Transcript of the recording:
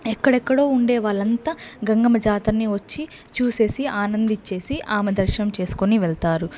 ఎక్కడెక్కడో ఉండే వాళ్ళంతా గంగమ్మ జాతరని వచ్చి చూసేసి ఆనందిచ్చేసి ఆమె దర్శనం చేసుకుని వెళ్తారు